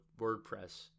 WordPress